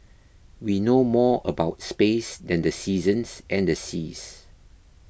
we know more about space than the seasons and the seas